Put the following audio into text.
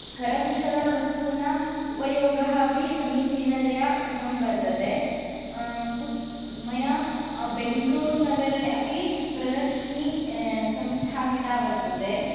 करकुशलवस्तूनां उपयोगः अपि समीचीनतया कृतं वर्तते कुत् मया बेङ्गलूरुनगरे अपि प्रदर्शिनी संस्थापिता वर्तते